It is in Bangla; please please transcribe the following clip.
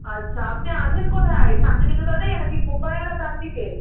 আচ্ছা আপনি আছেন কোথায় শান্তিনিকেতনে নাকি কোপাইয়ে না প্রান্তিকে